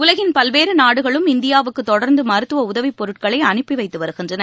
உலகின் பல்வேறு நாடுகளும் இந்தியாவுக்கு தொடர்ந்து மருத்துவ உதவிப் பொருட்களை அனுப்பி வைத்து வருகின்றன